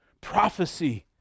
prophecy